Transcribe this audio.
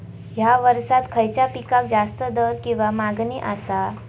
हया वर्सात खइच्या पिकाक जास्त दर किंवा मागणी आसा?